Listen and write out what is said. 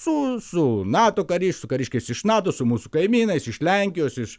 su su nato kariais su kariškiais iš nato su mūsų kaimynais iš lenkijos iš